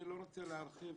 אני לא רוצה להרחיב,